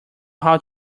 how